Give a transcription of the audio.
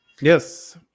Yes